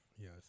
Yes